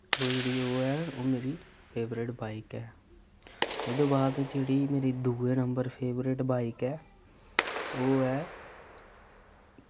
ओह् जेह्ड़ी ओह् ऐ ओह् मेरी फेवरेट बाइक ऐ ओह्दे बाद जेह्ड़ी मेरी दुए नम्बर फेवरेट बाइक ऐ ओह् ऐ